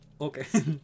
Okay